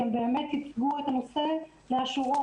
כי הם באמת כיתבו את הנושא לאשורו.